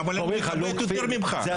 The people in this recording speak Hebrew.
אני מכבד יותר ממך.